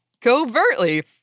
covertly